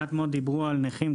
מעט מאוד דיברו על נכים.